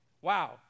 Wow